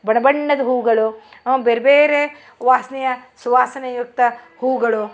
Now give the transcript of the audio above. ಬಣ ಬಣ್ಣದ ಹೂಗಳು ಬೇರೆ ಬೇರೆ ವಾಸನೆಯ ಸುವಾಸನೆಯುಕ್ತ ಹೂಗಳು